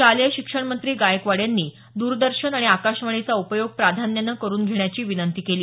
शालेय शिक्षण मंत्री गायकवाड यांनी द्रदर्शन आणि आकाशवाणीचा उपयोग प्राधान्यानं करून घेण्याची विनंती केली